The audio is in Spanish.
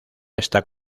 está